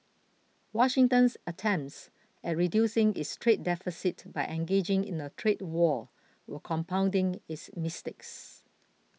Washington's attempts at reducing its trade deficit by engaging in a trade war were compounding its mistakes